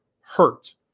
hurt